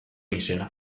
izena